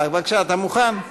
בבקשה, אתה מוכן?